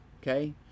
Okay